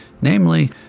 namely